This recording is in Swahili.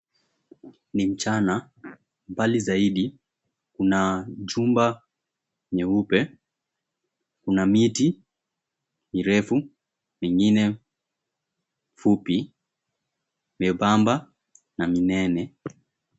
Ni mchana mbali zaidi kuna jumba nyeupe, kuna miti mirefu mengine fupi, miembemba na minene.